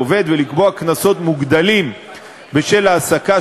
ולתת מענה,